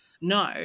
No